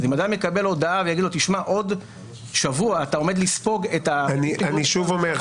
ומקבל הודעה: בעוד שבוע אתה עומד לספוג --- אני שוב אומר,